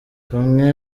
bamwe